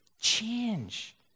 change